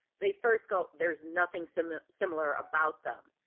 they first go, there's nothing similar similar about them.